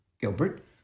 Gilbert